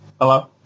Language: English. Hello